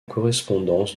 correspondance